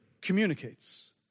communicates